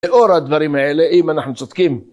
לאור הדברים האלה אם אנחנו צודקים.